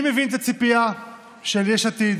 אני מבין את הציפייה של יש עתיד